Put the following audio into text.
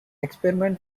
experiment